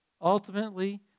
Ultimately